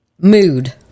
mood